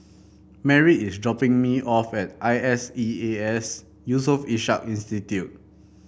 Merritt is dropping me off at I S E A S Yusof Ishak Institute